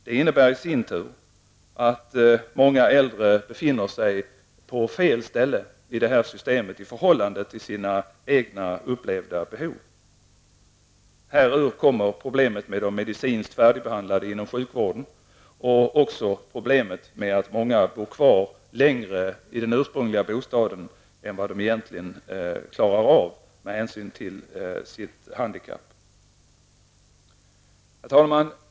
Det innebär i sin tur att många äldre befinner sig på fel ställe i detta system i förhållande till sina egna upplevda behov. Härur uppkommer problemet med de medicinskt färdigbehandlade inom sjukvården och problemet med att många bor kvar längre i den ursprungliga bostaden än vad de egentligen klarar av med hänsyn till sitt handikapp. Herr talman?